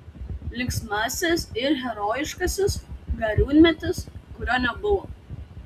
linksmasis ir herojiškasis gariūnmetis kurio nebuvo